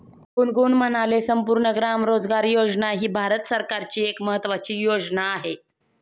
गुनगुन म्हणाले, संपूर्ण ग्राम रोजगार योजना ही भारत सरकारची एक महत्त्वाची योजना आहे